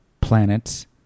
planets